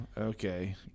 okay